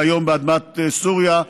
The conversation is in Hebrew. והיום באדמת סוריה,